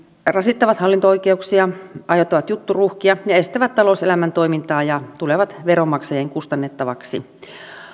rasittavat hallinto oikeuksia aiheuttavat jutturuuhkia ja estävät talouselämän toimintaa ja tulevat veronmaksajien kustannettaviksi